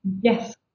Yes